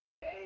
Hey